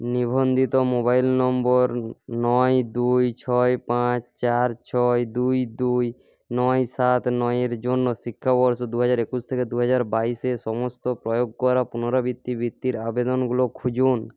নিবন্ধিত মোবাইল নম্বর নয় দুই ছয় পাঁচ চার ছয় দুই দুই নয় সাত নয়ের জন্য শিক্ষাবর্ষ দু হাজার একুশ থেকে দু হাজার বাইশে সমস্ত প্রয়োগ করা পুনরাবৃত্তি বৃত্তির আবেদনগুলো খুঁজুন